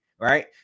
right